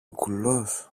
κουλός